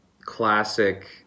classic